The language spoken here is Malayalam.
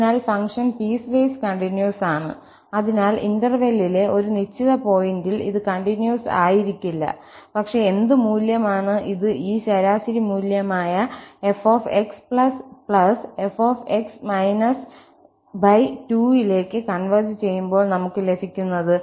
അതിനാൽ ഫംഗ്ഷൻ പീസ്വേസ് കണ്ടിന്യൂസ് ആണ് അതിനാൽ ഇന്റെർവെല്ലിലെ ഒരു നിശ്ചിത പോയിന്റിൽ ഇത് കണ്ടിന്യൂസ് ആയിരിക്കില്ല പക്ഷേ എന്ത് മൂല്യമാണ് ഇത് ഈ ശരാശരി മൂല്യമായ fxf2 ലേക്ക് കൺവെർജ് ചെയ്യുമ്പോൾ നമുക് ലഭിക്കുന്നത്